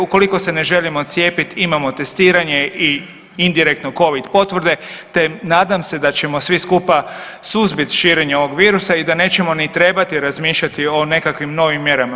Ukoliko se ne želimo cijepit imamo testiranje i indirektno Covid potvrde te nadam se da ćemo svi skupa suzbit širenje ovog virusa i da nećemo ni trebati razmišljati o nekakvim novim mjerama.